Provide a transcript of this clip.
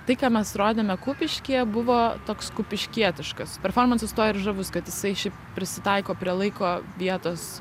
tai ką mes rodėme kupiškyje buvo toks kupiškietiškas performansas tuo ir žavus kad jisai šiaip prisitaiko prie laiko vietos